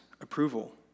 approval